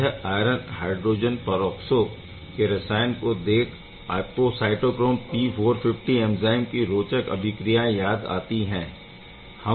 यह iron hydrogen peroxo के रसायन को देख आपको साइटोक्रोम P450 एंज़ाइम की रोचक अभिक्रियाएं याद आती है